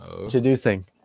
Introducing